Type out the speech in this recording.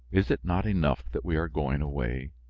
is it not enough that we are going away?